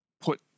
put